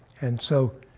and so